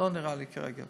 לא נראה לי כרגע,